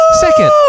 Second